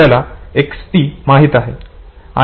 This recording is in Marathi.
आपल्याला XT माहित आहे